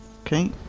Okay